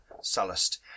Sullust